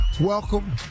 Welcome